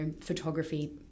photography